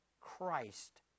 Christ